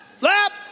lap